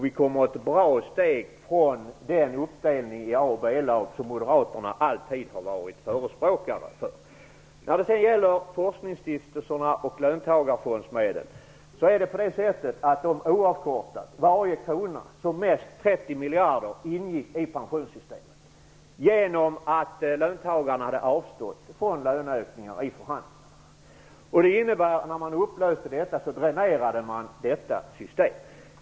Vi kommer ett bra steg från den uppdelning i A och B-lag som Moderaterna i all tid har varit förespråkare för. När det gäller forskningsstiftelserna och löntagarfondsmedel ingick varje krona oavkortat, som mest 30 miljarder, i pensionssystemet genom att löntagarna hade avstått från löneökningar i förhandlingarna. Det innebär att man upplöste detta dränerade man detta system.